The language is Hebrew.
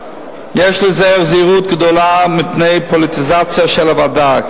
יש להיזהר זהירות גדולה מפני פוליטיזציה של הוועדה.